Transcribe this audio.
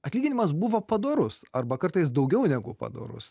atlyginimas buvo padorus arba kartais daugiau negu padorus